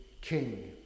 king